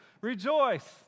rejoice